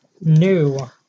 new